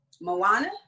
Moana